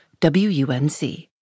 WUNC